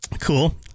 Cool